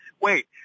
wait